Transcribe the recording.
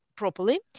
Properly